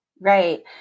Right